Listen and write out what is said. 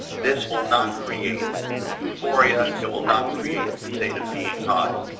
this will not create euphoria. it will not create a state of being high.